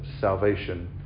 salvation